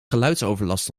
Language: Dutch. geluidsoverlast